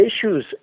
issues